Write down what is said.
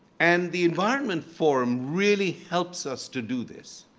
and the environment forum really helps us to do this.